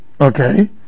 Okay